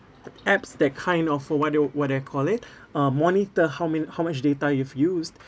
apps that kind of uh what do you what they call it uh monitor how many how much data you've used